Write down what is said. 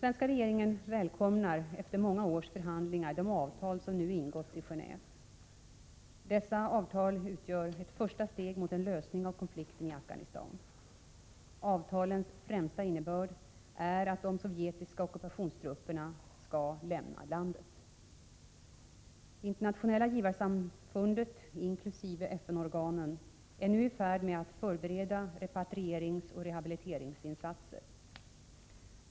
Svenska regeringen välkomnar efter många års förhandlingar de avtal som nu har ingåtts i Gendve. Dessa avtal utgör ett första steg mot en lösning av konflikten i Afghanistan. Avtalens främsta innebörd är att de sovjetiska ockupationstrupperna skall lämna landet. Det internationella givarsamfundet, inkl. FN-organen, är nu i färd med att förbereda repatrieringsoch rehabiliteringsinsatser.